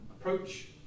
approach